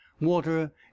Water